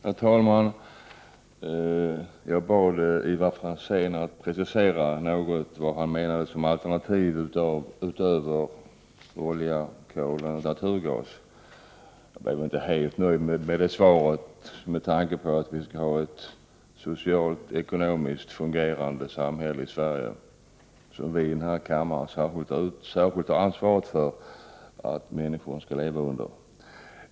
Herr talman! Jag bad Ivar Franzén att något precisera sina alternativ till olja, kol och naturgas. Med tanke på att vi skall ha ett socialt och ekonomiskt fungerande samhälle — som vi i denna kammare har ett särskilt ansvar för — blev jag inte helt nöjd med svaret.